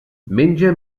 menja